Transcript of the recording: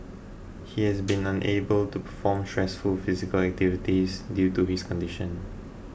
he has been unable to perform stressful physical activities due to his condition